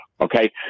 okay